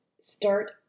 start